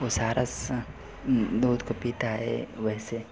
वह सारस दूध को पीता है वैसे